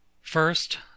First